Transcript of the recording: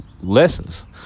lessons